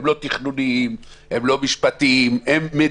הן לא תכנוניות, הן לא משפטיות אלא הן מדיניות.